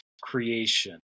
creation